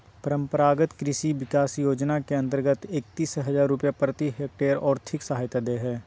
परम्परागत कृषि विकास योजना के अंतर्गत एकतीस हजार रुपया प्रति हक्टेयर और्थिक सहायता दे हइ